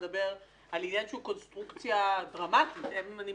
מדבר על עניין שדורש שינוי דרמטי של קונסטרוקציה,